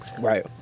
Right